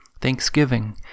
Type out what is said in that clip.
thanksgiving